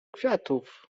kwiatów